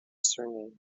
surname